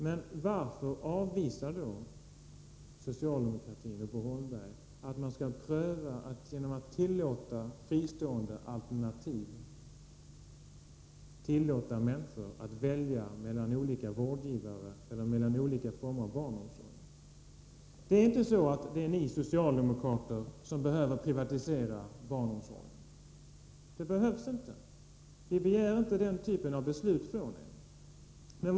Men varför avvisar då socialdemokratin och Bo Holmberg att man kan pröva möjligheten att genom att tillåta fristående alternativ låta människor välja mellan olika vårdgivare eller mellan olika former av barnomsorg? Det är inte ni socialdemokrater som behöver privatisera barnomsorgen. Vi begär inte den typen av beslut av er.